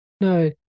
No